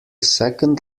second